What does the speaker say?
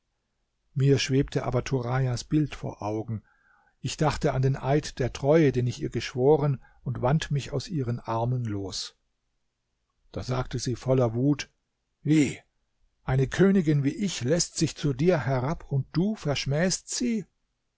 mir schwebte aber turajas bild vor augen ich dachte an den eid der treue den ich ihr geschworen und wand mich aus ihren armen los da sagte sie voller wut wie eine königin wie ich läßt sich zu dir herab und du verschmähst sie